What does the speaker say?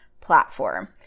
platform